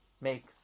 make